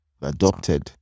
adopted